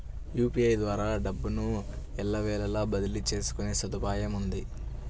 UPI ద్వారా డబ్బును ఎల్లవేళలా బదిలీ చేసుకునే సదుపాయముంది